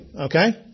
Okay